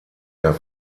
der